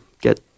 get